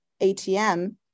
ATM